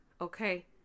okay